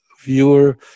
viewer